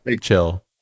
chill